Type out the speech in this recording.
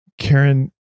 Karen